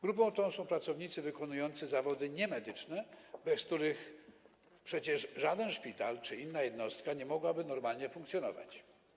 Grupą tą są pracownicy wykonujący zawody niemedyczne, bez których przecież żaden szpital czy inna jednostka nie mogłyby normalnie funkcjonować.